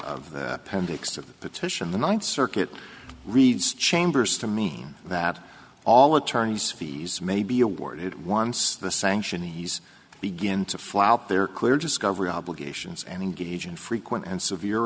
of the petition the ninth circuit reads chambers to me that all attorneys fees may be awarded once the sanction he's begin to flout their clear discovery obligations and engage in frequent and severe